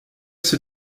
ces